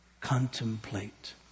contemplate